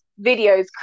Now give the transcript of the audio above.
videos